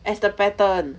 as the pattern